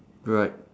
right